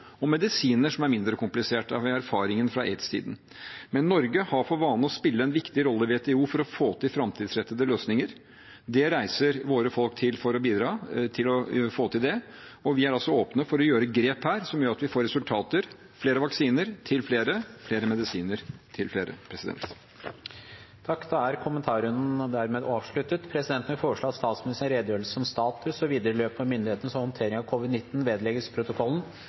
og på å lage medisiner, som er mindre komplisert – der har vi erfaringene fra aids-tiden. Norge har for vane å spille en viktig rolle i WTO for å få til framtidsrettede løsninger. Våre folk reiser for å bidra til det, og vi er åpne for å ta grep her som gjør at vi får resultater, flere vaksiner til flere, og flere medisiner til flere. Kommentarrunden er dermed avsluttet. Presidenten vil foreslå at statsministerens redegjørelse om status og videre løp for myndighetenes håndtering av covid-19 vedlegges protokollen.